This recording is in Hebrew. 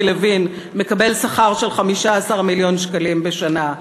לוין מקבל שכר של 15 מיליון שקלים בשנה?